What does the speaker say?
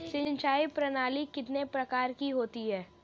सिंचाई प्रणाली कितने प्रकार की होती है?